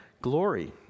glory